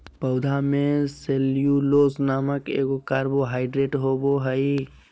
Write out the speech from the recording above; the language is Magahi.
पौधा में सेल्यूलोस नामक एगो कार्बोहाइड्रेट होबो हइ